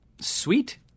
Sweet